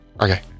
Okay